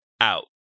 out